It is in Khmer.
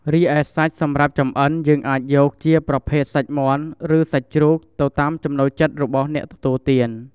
រីឯសាច់សម្រាប់ចំអិនយើងអាចយក ជាប្រភេទសាច់មាន់ ឬសាច់ជ្រូក ទៅតាមចំណូលចិត្តរបស់អ្នកទទួលទាន។